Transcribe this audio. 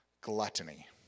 Gluttony